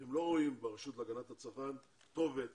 לצערי הרב הם לא רואים להגנת הצרכן כתובת